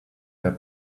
were